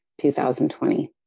2020